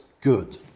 good